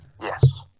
Yes